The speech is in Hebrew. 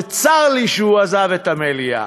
וצר לי שהוא עזב את המליאה.